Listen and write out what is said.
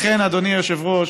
לכן, אדוני היושב-ראש,